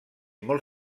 molt